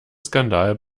skandal